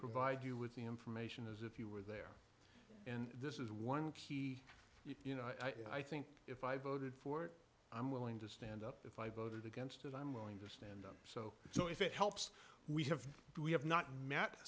provide you with the information as if you were there and this is one key you know i think if i voted for i'm willing to stand up if i voted against it i'm willing to stand up so so if it helps we have we have not m